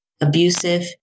abusive